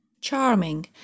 Charming